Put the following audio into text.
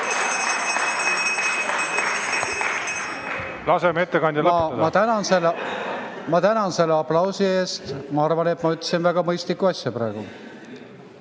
Laseme [kõnelejal] lõpetada! Ma tänan selle aplausi eest. Ma arvan, et ma ütlesin väga mõistliku asja praegu.